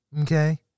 Okay